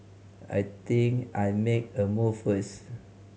I think I make a move first